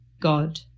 God